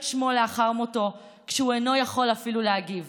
שמו לאחר מותו כשהוא אינו יכול אפילו להגיב.